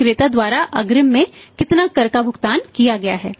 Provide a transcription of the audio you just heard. विक्रेता द्वारा अग्रिम में कितना कर का भुगतान किया गया है